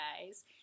guys